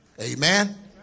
Amen